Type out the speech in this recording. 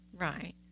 Right